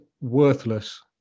worthless